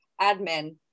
admin